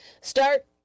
Start